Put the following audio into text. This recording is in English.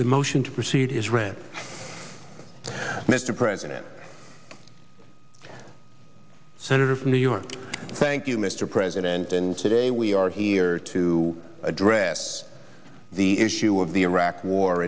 the motion to proceed is rent mr president senator from new york thank you mr president and today we are here to address the issue of the iraq war